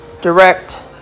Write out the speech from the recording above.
direct